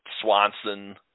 swanson